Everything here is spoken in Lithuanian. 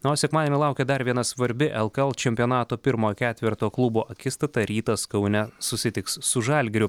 na o sekmadienį laukia dar viena svarbi lkl čempionato pirmo ketverto klubų akistata rytas kaune susitiks su žalgiriu